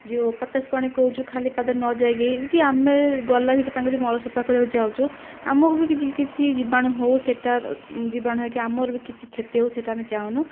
ଯେଉଁ ପଟାସ ପାଣି କହୁଛୁ ଖାଲି ପାଦରେ ନ ଯାଇକି କି ଆମେ ଗଲା ଭିତରେ ତାଙ୍କର ଯେଉଁ ମଳ ସଫା କରିବାକୁ ଯାଉଛୁ ଆମକୁ ବି କିଛି ଜୀବାଣୁ ହେଉ ସେଇଟା ଜୀବାଣୁ ହୋଇକି ଆମର ବି କିଛି କ୍ଷତି ହେଉ ସେଇଟା ଆମେ ଚାହୁଁନୁ